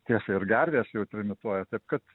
tiesa ir gervės jau trimituoja taip kad